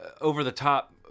over-the-top